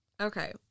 Okay